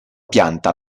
pianta